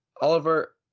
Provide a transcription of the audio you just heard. Oliver